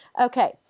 Okay